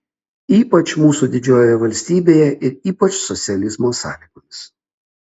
ypač mūsų didžiojoje valstybėje ir ypač socializmo sąlygomis